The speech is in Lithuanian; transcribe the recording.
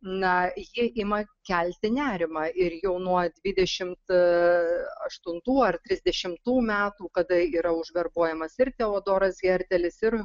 na ji ima kelti nerimą ir jau nuo dvidešimt aštuntų ar trisdešimtų metų kada yra užverbuojamas ir teodoras herdelis ir